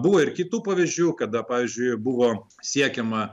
buvo ir kitų pavyzdžių kada pavyzdžiui buvo siekiama